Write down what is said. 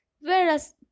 whereas